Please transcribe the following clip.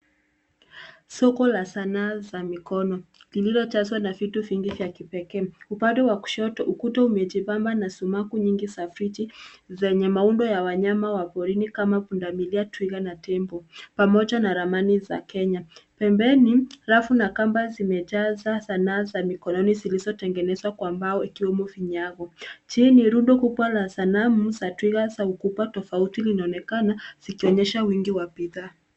Soko la sanaa za mikono lililojazwa na vitu vingi vya kipekee. Upande wa kushoto ukuta umejipamba na sumaku nyingi za friji zenye maundo ya wanyama wa porini kama pundamilia, twiga na tembo pamoja na ramani za Kenya. Pembeni, rafu na kamba zimejaza sanaa za mikononi zilizotengenezwa kwa mbao yakiyomo vinyago. Chini, rundo kubwa la sanamu za twiga za ukubwa tofauti linaonekana zikionyesha wingi wa bidhaa.